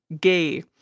gay